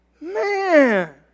Man